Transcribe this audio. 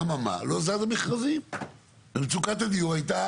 אבל מה קרה, לא זזו המכרזים, ומצוקת הדיור הייתה